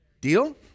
Deal